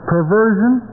Perversion